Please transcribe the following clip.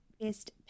best